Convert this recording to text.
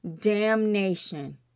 damnation